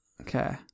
Okay